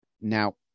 Now